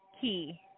key